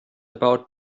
about